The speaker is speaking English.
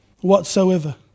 whatsoever